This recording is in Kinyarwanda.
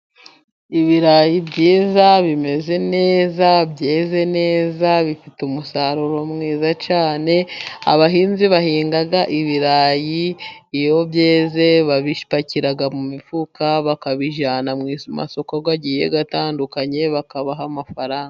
Ibirayi byiza bimeze neza byeze neza bifite umusaruro mwiza cyane, abahinzi bahinga ibirayi iyo byeze babipakira mu mifuka, bakabijyana mu masoko agiye atandukanye bakabaha amafaranga.